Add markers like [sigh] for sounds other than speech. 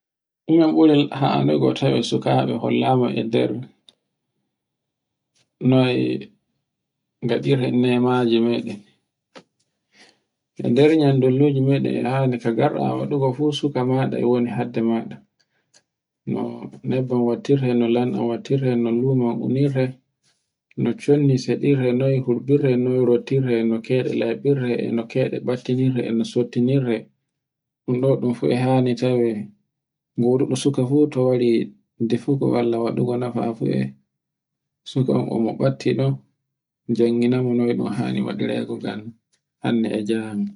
[noise] ɗuma ɓurel hanugu tawe sukaɓe hollama e nder noye ngaɗirten nemaji maɗen. [noise] E nder nya dalluji meɗen e hani ka garɗa waɗugo fu suka maɗa e woni hadde maɗa. No nebban wattirte, no lanɗan wattirte, no lumo unirte, no chondi seɗirte, noye hurɓirte, noye rottirte, no keyɗe ɓattininte e no sottinirte. Un ɗu fu hani tawe goduɗo suka fu to wari defugo walla waɗa nafa fu sukan o mo ɓatti ɗon janjine mo noye un hani waɗire gan hande e jango.